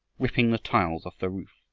ripping the tiles off the roof,